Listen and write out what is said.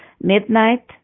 midnight